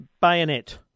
Bayonet